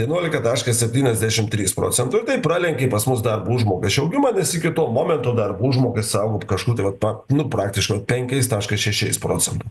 vienuolika taškas septyniasdešim trys procento ir tai pralenkė pas mus darbo užmokesčio augimą nes iki to momento darbo užmokestis augo kažkur tai va nu praktiškai vat penkiais taškas šešiais procento